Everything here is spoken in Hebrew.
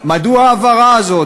מדוע ההעברה הזאת?